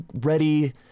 ready